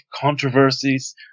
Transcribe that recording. controversies